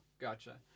Gotcha